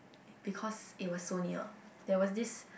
because it was so there was this